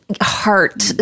heart